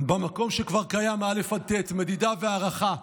במקום שכבר קיים, א' ט'; מדידה והערכה,